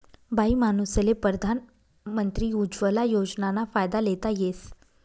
बाईमानूसले परधान मंत्री उज्वला योजनाना फायदा लेता येस